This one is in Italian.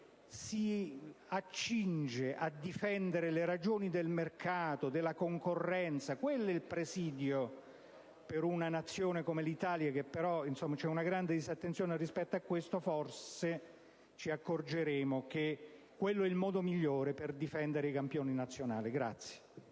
dovrebbe tutelare le ragioni del mercato e della concorrenza: quello è il giusto presidio per una nazione come l'Italia, e invece c'è una grande disattenzione rispetto a questo; forse ci accorgeremo che quello è il modo migliore per difendere i campioni nazionali.